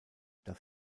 das